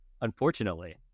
unfortunately